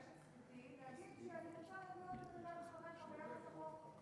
אני ביקשתי לממש את זכותי להגיד שאני רוצה לעלות לדבר אחריך ביחס לחוק.